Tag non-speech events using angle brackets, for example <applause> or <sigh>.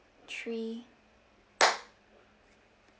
three <noise>